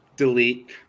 Delete